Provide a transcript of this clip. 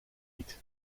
niet